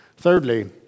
Thirdly